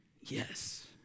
yes